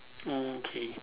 oh okay